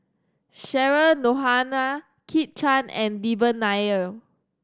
Cheryl Noronha Kit Chan and Devan Nair